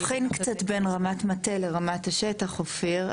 צריך להבחין קצת בין רמת מטה לרמת השטח אופיר,